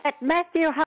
Matthew